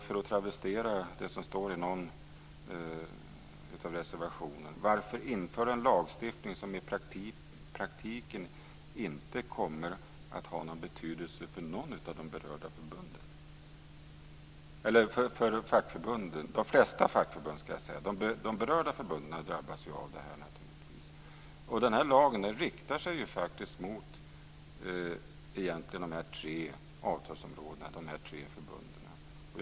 Jag kan travestera det som står i någon av reservationerna: Varför införa en lagstiftning som i praktiken inte kommer att ha någon betydelse för de flesta fackförbund? De berörda förbunden drabbas naturligtvis av det här. Den här lagen riktar sig faktiskt egentligen mot de här tre avtalsområdena, de tre förbunden.